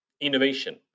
innovation